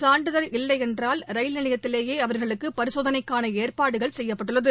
சான்றிதழ் இல்லைஎன்றால் ரயில் நிலையத்திலேயே அவர்களுக்குபரிசோதனைக்கானஏற்பாடுசெய்யப்பட்டுள்ளது